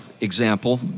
example